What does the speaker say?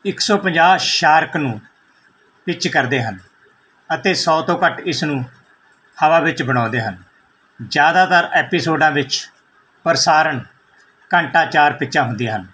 ਇੱਕ ਸੌ ਪੰਜਾਹ ਸ਼ਾਰਕ ਨੂੰ ਪਿੱਚ ਕਰਦੇ ਹਨ ਅਤੇ ਸੌ ਤੋਂ ਘੱਟ ਇਸ ਨੂੰ ਹਵਾ ਵਿੱਚ ਬਣਾਉਂਦੇ ਹਨ ਜ਼ਿਆਦਾਤਰ ਐਪੀਸੋਡਾਂ ਵਿੱਚ ਪ੍ਰਸਾਰਣ ਘੰਟਾ ਚਾਰ ਪਿੱਚਾਂ ਹੁੰਦੀਆਂ ਹਨ